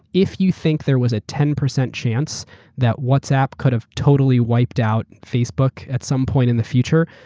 if you think there was a ten percent chance that whatsapp could have totally wiped out facebook at some point in the future,